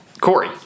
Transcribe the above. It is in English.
Corey